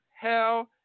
hell